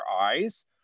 eyes